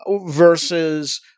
versus